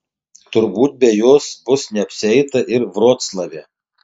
turbūt be jos bus neapsieita ir vroclave